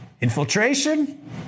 Infiltration